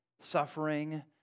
suffering